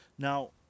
Now